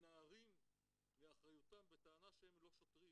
מתנערים מאחריותם בטענה שהם לא שוטרים,